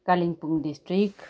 Kalimpong district